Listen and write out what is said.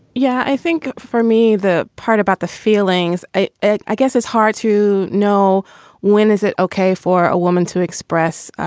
yeah. i think for me, the part about the feelings i i guess it's hard to know when is it okay for a woman to express